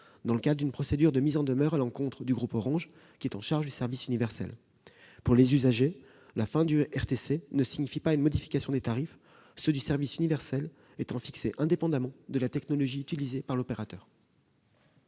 dans le cadre d'une procédure de mise en demeure à l'encontre du groupe Orange, qui est chargé du service universel. Pour les usagers, la fin du RTC ne signifie pas une modification des tarifs, ceux du service universel étant fixés indépendamment de la technologie utilisée par l'opérateur.